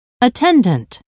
attendant